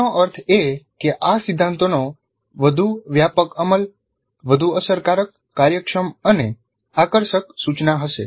તેનો અર્થ એ કે આ સિદ્ધાંતોનો વધુ વ્યાપક અમલ વધુ અસરકારક કાર્યક્ષમ અને આકર્ષક સૂચના હશે